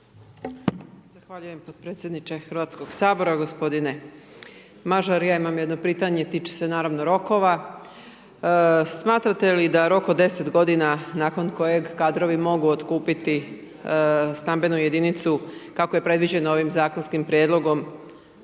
Zahvaljujem podpredsjedniče Hrvatskog sabora, gospodine Mažar ja imam pitanje tiče se naravno rokova. Smatrate li da rok od 10 godina nakon kojeg kadrovi mogu otkupiti stambenu jedinicu kako je predviđeno ovim zakonskim prijedlogom